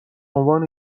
عنوان